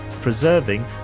preserving